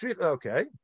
Okay